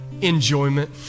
Enjoyment